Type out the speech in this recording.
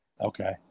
okay